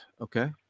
Okay